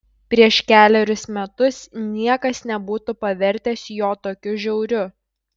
prieš kelerius metus niekas nebūtų pavertęs jo tokiu žiauriu